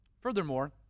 Furthermore